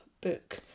book